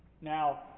Now